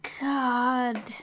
God